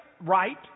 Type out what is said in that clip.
right